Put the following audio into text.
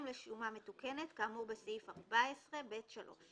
לשומה מתוקנת כאמור בסעיף 14(ב3)";